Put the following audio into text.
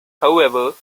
however